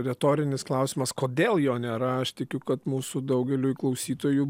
retorinis klausimas kodėl jo nėra aš tikiu kad mūsų daugeliui klausytojų